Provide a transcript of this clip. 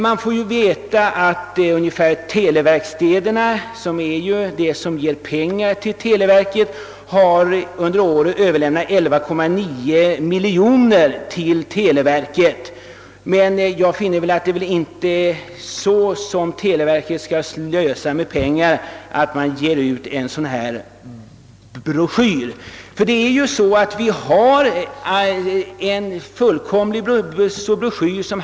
Man får visserligen veta att televerkstäderna, vilka ju är de som ger pengar till televerket, under året har överlämnat 11,9 miljoner kronor till verket, men det är väl inte meningen att man skall slösa med dessa pengar genom att ge ut en sådan här broschyr.